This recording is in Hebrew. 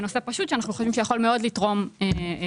נשוא פשוט שאנחנו חושבים שיכול מאוד לתרום למבוטחים.